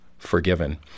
Forgiven